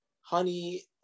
honey